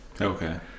okay